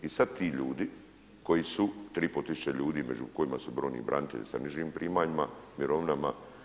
I sad ti ljudi koji su, tri i pol tisuće ljudi među kojima su brojni branitelji sa nižim primanjima, mirovinama.